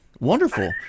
Wonderful